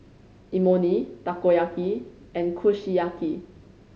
Imoni Takoyaki and Kushiyaki